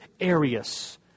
Arius